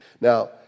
Now